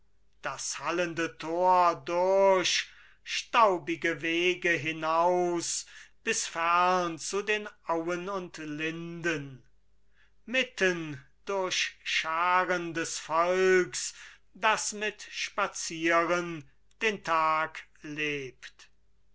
das hallende tor durch staubige wege hinaus bis fern zu den auen und linden mitten durch scharen des volks das mit spazieren den tag lebt